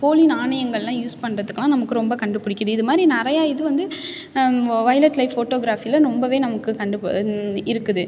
போலி நாணயங்கள்லாம் யூஸ் பண்ணுறதுக்கலாம் நமக்கு ரொம்ப கண்டுபிடிக்கிது இது மாதிரி நிறையா இது வந்து வொய்லெட் லைஃப் ஃபோட்டோகிராஃபியில் ரொம்பவே நமக்கு கண்டு ப இருக்குது